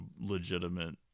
legitimate